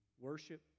worship